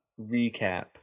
recap